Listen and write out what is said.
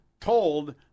told